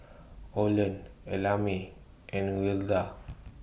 Olen Ellamae and Wilda